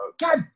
God